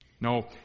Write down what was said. No